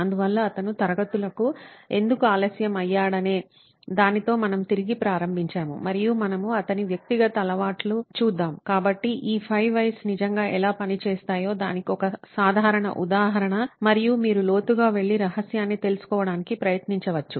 అందువల్ల అతను తరగతులకు ఎందుకు ఆలస్యం అయ్యాడనే దానితో మనము తిరిగి ప్రారంభించాము మరియు మనము అతని వ్యక్తిగత అలవాట్ల చూద్దాం కాబట్టి ఈ 5 వైస్ నిజంగా ఎలా పనిచేస్తాయో దానికి ఒక సాధారణ ఉదాహరణ మరియు మీరు లోతుగా వెళ్లి రహస్యాన్ని తెలుసుకోవడానికి ప్రయత్నించవచ్చు